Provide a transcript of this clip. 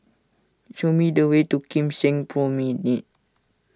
show me the way to Kim Seng Promenade